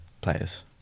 players